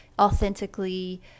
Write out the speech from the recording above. authentically